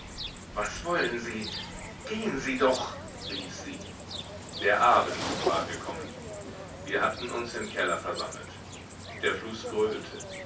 was wollen sie gehen sie doch rief sie der abend war gekommen wir hatten uns im keller versammelt der fluß gröhlte